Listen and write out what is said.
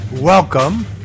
Welcome